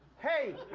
hey.